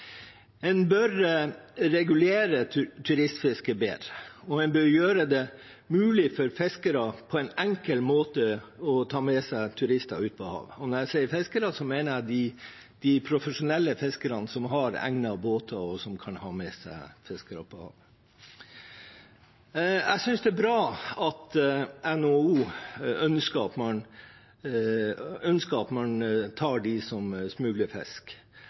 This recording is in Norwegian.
En bør regulere turistfisket bedre, og en bør gjøre det mulig for fiskere på en enkel måte å ta med seg turister ut på havet – og når jeg sier fiskere, mener jeg de profesjonelle fiskerne, som har egnede båter, og som kan ha med seg fiskere på havet. Jeg synes det er bra at NHO ønsker at man tar dem som